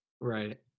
Right